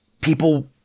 people